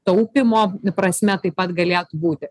taupymo prasme taip pat galėtų būti